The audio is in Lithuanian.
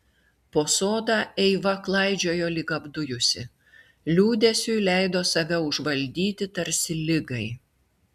po sodą eiva klaidžiojo lyg apdujusi liūdesiui leido save užvaldyti tarsi ligai